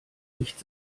nicht